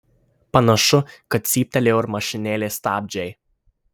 panašu kad cyptelėjo ir mašinėlės stabdžiai